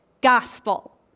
gospel